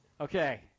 Okay